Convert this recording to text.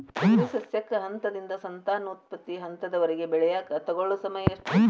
ತೊಗರಿ ಸಸ್ಯಕ ಹಂತದಿಂದ, ಸಂತಾನೋತ್ಪತ್ತಿ ಹಂತದವರೆಗ ಬೆಳೆಯಾಕ ತಗೊಳ್ಳೋ ಸಮಯ ಎಷ್ಟರೇ?